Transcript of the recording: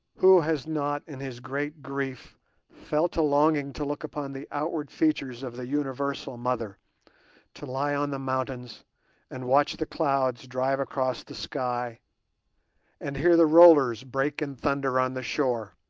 who has not in his great grief felt a longing to look upon the outward features of the universal mother to lie on the mountains and watch the clouds drive across the sky and hear the rollers break in thunder on the shore,